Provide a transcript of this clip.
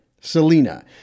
selena